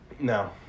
No